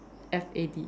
F_A_D